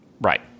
Right